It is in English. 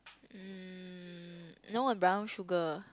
um no and brown sugar